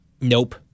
Nope